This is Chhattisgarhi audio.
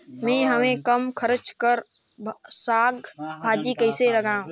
मैं हवे कम खर्च कर साग भाजी कइसे लगाव?